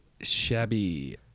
shabby